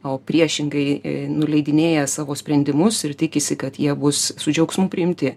o priešingai nuleidinėja savo sprendimus ir tikisi kad jie bus su džiaugsmu priimti